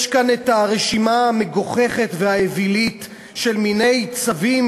יש כאן הרשימה המגוחכת והאווילית של מיני צווים